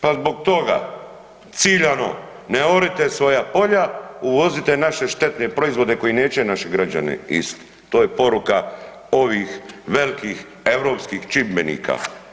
Pa zbog toga, ciljano, ne orite svoja polja, uvozite naše štetne proizvode koji neće naši građani ist, to je poruka ovih velikih europskih čimbenika.